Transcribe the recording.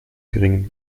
geringen